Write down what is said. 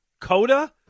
Coda